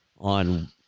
on